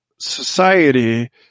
society